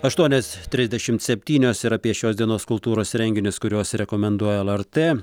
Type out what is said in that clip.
aštuonios trisdešimt septynios ir apie šios dienos kultūros renginius kuriuos rekomenduoja lrt